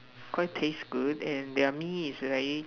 cray taste good and their Mee is very